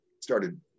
started